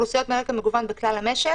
אוכלוסיות מרקע מגוון בכלל המשק,